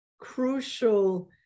Crucial